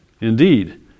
indeed